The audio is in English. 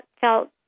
felt